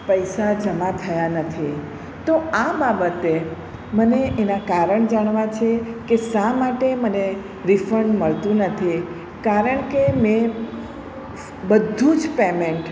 પૈસા જમા થયા નથી તો આ બાબતે મને એના કારણ જાણવા છે કે શા માટે મને રિફંડ મળતું નથી કારણ કે મેં બધું જ પેમેન્ટ